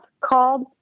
called